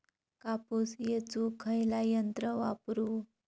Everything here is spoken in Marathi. कापूस येचुक खयला यंत्र वापरू?